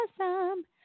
Awesome